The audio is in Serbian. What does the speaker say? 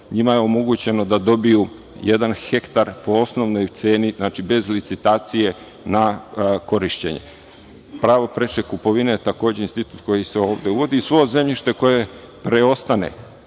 NJima je omogućeno da dobiju jedan hektar po osnovnoj ceni, znači, bez licitacije na korišćenje. Pravo preče kupovine je takođe institut koji se ovde uvodi. Svo zemljište koje preostane,